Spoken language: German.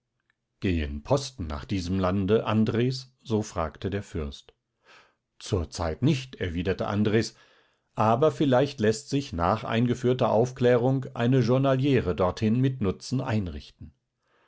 gehen posten nach diesem lande andres so fragte der fürst zurzeit nicht erwiderte andres aber vielleicht läßt sich nach eingeführter aufklärung eine journaliere dorthin mit nutzen einrichten